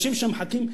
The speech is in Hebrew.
האנשים שם מחכים,